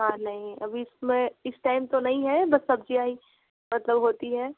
हाँ नहीं अभी इस में इस टाइम तो नहीं है बस सब्ज़ियाँ ही मतलब होती है